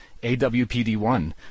AWPD-1